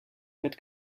mit